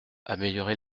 améliorer